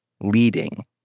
leading